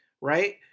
right